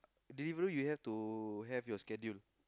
delivery you have to have your schedule